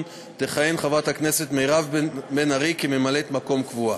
תכהן חברת הכנסת מירב בן ארי כממלאת-מקום קבועה.